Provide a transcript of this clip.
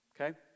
okay